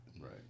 right